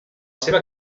seva